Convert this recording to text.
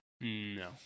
no